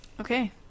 Okay